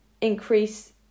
increase